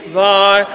thy